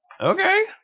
Okay